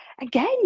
again